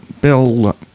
Bill